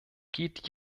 geht